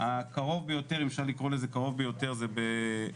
הקרוב ביותר אם אפשר לקרוא לזה קרוב ביותר זה בסורוקה,